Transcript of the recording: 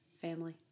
family